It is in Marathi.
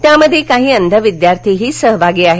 त्यामध्ये काही अंध विद्यार्थीही सहभागी आहेत